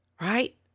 right